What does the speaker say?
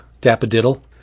Dap-a-diddle